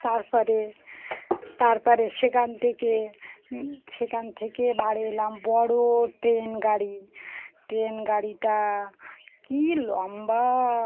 তার পরে তার পরে সেখান থেকে সেখান থেকে বাড়ি এলাম বড় ট্রেন গাড়ি ট্রেন গাড়িটা কী লম্বা